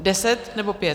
Deset, nebo pět?